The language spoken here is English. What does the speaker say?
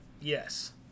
Yes